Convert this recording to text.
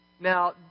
Now